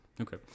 Okay